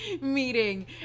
meeting